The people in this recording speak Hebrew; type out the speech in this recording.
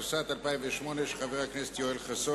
התשס"ט 2008. חברי חברי הכנסת,